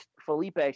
Felipe